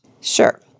Sure